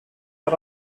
are